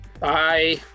Bye